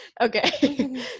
Okay